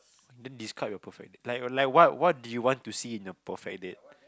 then describe your perfect date like like what what do you want to see in a perfect date